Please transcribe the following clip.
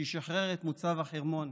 ששחררו את מוצב החרמון